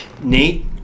Nate